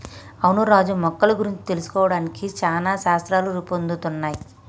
అవును రాజు మొక్కల గురించి తెలుసుకోవడానికి చానా శాస్త్రాలు రూపొందుతున్నయ్